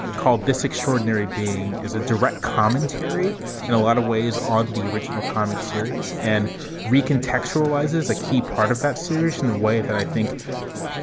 it called this extraordinary being is a direct commentary and a lot of ways onto the original comic series. and recontextualize is a key part of that series in a way that i think